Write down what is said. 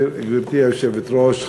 גברתי היושבת-ראש,